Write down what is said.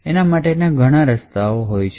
એના માટેના ઘણા રસ્તાઓ હોય છે